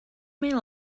may